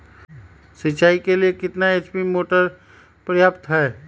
सिंचाई के लिए कितना एच.पी मोटर पर्याप्त है?